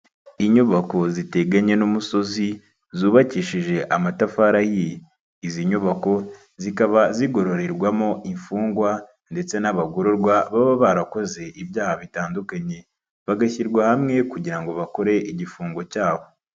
Inyubako ziteganye n'umusozi zubakishije amatafari ahiye, izi nyubako zikaba zigororerwamo imfungwa ndetse n'abagororwa baba barakoze ibyaha bitandukanye, bagashyirwa hamwe kugira ngo bakore igifungo cyabo.